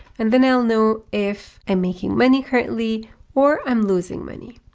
and then i'll know if i'm making money currently or i'm losing money.